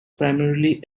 primarily